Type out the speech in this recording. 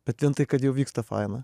bet vien tai kad jau vyksta faina